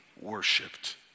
worshipped